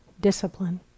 discipline